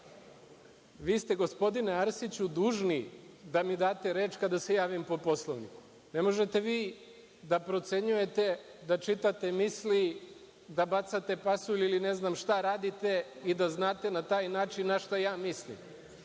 27.Vi ste, gospodine Arsiću, dužni da mi date reč kada se javim po Poslovniku. Ne možete vi da procenjujete, da čitate misli, da bacate pasulj ili ne znam šta radite i da znate na taj način na šta ja mislim. Vi